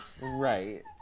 Right